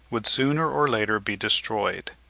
would sooner or later be destroyed.